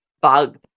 bug